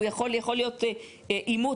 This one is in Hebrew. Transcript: יכול להיות עימות.